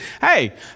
Hey